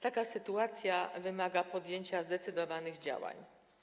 Taka sytuacja wymaga podjęcia zdecydowanych działań.